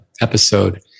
episode